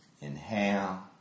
Inhale